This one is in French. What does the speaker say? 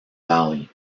valley